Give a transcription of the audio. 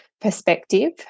perspective